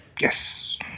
Yes